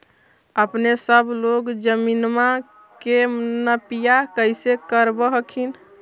अपने सब लोग जमीनमा के नपीया कैसे करब हखिन?